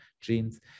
genes